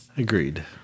Agreed